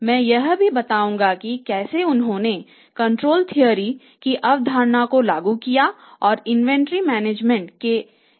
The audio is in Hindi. मैं यह भी बताऊंगा कि कैसे उन्होंने कंट्रोल थ्योरी पर काम किया है